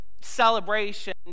celebration